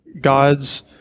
gods